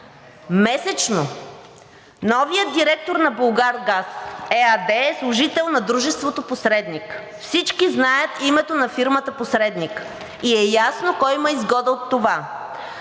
месечно. Новият директор на „Булгаргаз“ ЕАД е служител на дружеството посредник. Всички знаят името на фирмата посредник и е ясно кой има изгода от това.